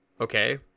okay